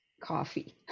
Coffee